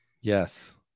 Yes